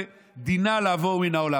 ודינה לעבור מן העולם.